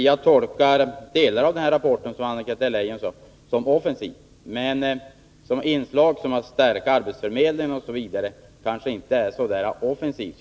Jag tolkar det så att en del av de förslag i rapporten som Anna-Greta Leijon nämnde är offensiva, medan andra, t.ex. förslaget att stärka arbetsförmedlingen, inte är det i särskilt hög grad.